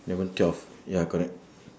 eleven twelve ya correct